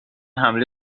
حمله